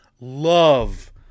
Love